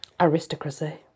aristocracy